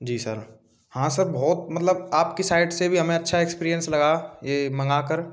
जी sir हाँ sir बहुत मतलब आपकी साइड से भी हमें अच्छा एक्सपीरिएन्स लगा ये मँगाकर